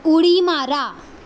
उडी मारा